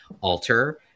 alter